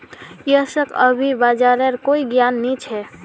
यशक अभी बाजारेर कोई ज्ञान नी छ